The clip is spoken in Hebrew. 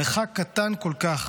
מרחק קטן כל כך,